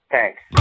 Thanks